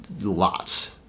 lots